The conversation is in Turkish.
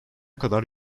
kadar